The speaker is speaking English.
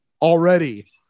already